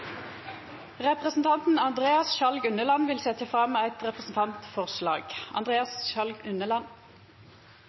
Representanten Andreas Sjalg Unneland vil setja fram eit representantforslag.